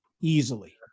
Easily